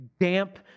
damp